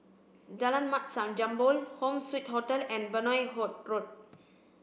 Jalan Mat Jambol Home Suite Hotel and Benoi Road